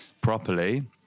properly